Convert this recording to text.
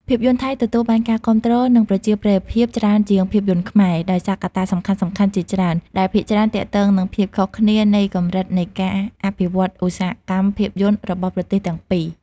ភាពយន្តថៃទទួលបានការគាំទ្រ និងប្រជាប្រិយភាពច្រើនជាងភាពយន្តខ្មែរ ដោយសារកត្តាសំខាន់ៗជាច្រើន ដែលភាគច្រើនទាក់ទងនឹងភាពខុសគ្នានៃកម្រិតនៃការអភិវឌ្ឍឧស្សាហកម្មភាពយន្តរបស់ប្រទេសទាំងពីរ។